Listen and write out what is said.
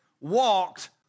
walked